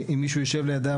אם מישהו יישב לידם,